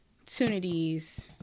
opportunities